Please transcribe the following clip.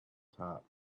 top